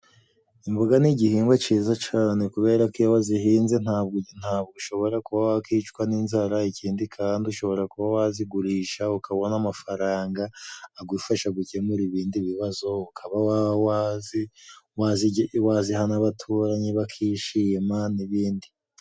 imboga ni igihingwa ciza cane kubera ko iyo wazihinze ntabwo ntabwo ushobora kuba wakicwa n'inzara ikindi kandi ushobora kuba wazigurisha ukabona amafaranga agufasha gukemura ibindi bibazo ukaba wawazihana nabaturanyi bakishima n'ibindi